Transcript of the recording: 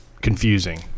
confusing